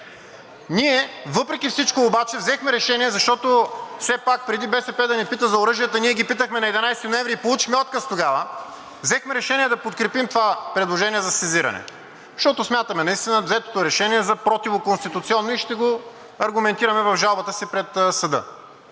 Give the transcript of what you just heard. Ние въпреки всичко обаче взехме решение, защото все пак, преди БСП да ни пита за оръжията, ние ги питахме на 11 ноември и получихме отказ тогава – взехме решение да подкрепим това предложение за сезиране, защото наистина смятаме взетото решение за противоконституционно и ще го аргументираме в жалбата си пред съда.